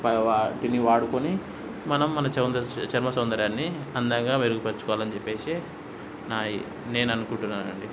పై వా వాటిని వాడుకొని మనం మన చర్మ చర్మ సౌందర్యాన్ని అందంగా మెరుగుపరచుకోవాలని చెప్పేసి నా ఈ నేను అనుకుంటున్నాను అండి